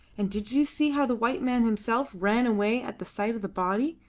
and did you see how the white man himself ran away at the sight of the body?